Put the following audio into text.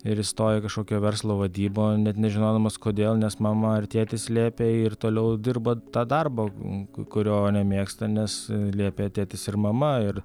ir įstoja į kažkokio verslo vadybą net nežinodamas kodėl nes mama ar tėtis liepia ir toliau dirba tą darbą kurio nemėgsta nes liepė tėtis ir mama ir